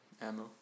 ammo